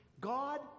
God